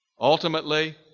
Ultimately